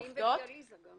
או מונשמים ודיאליזה גם.